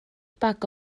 bag